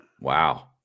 Wow